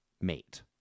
mate